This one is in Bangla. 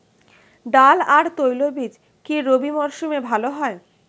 ডাল আর তৈলবীজ কি রবি মরশুমে ভালো হয়?